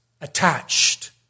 attached